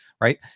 right